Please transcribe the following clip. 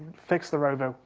fix the robo,